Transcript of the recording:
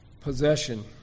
possession